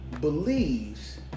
believes